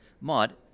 Mod